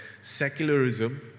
secularism